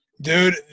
dude